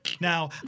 Now